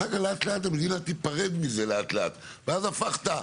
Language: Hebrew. אחר כך לאט לאט המדינה תיפרד מזה לאט לאט ואז הפכת,